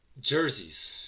Jerseys